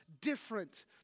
different